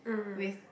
with